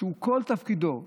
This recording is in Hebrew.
כל תפקידו לקידוש.